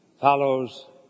follows